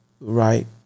right